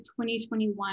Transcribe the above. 2021